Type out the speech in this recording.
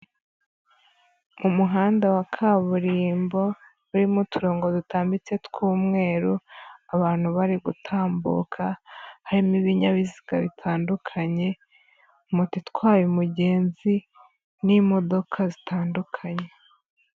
Umuhanda wa kaburimbo urimo uturongo dutambitse tw'umweru, abantu bari gutambuka, harimo ibinyabiziga bitandukanye, moto itwaye umugenzi n'imodoka zitandukanye.